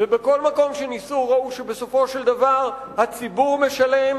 ובכל מקום שניסו ראו שבסופו של דבר הציבור משלם,